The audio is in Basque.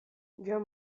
joan